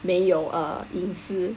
没有 uh 隐私